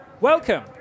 Welcome